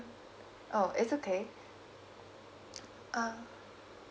oh it's okay uh